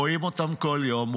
רואים אותן כל יום,